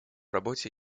работе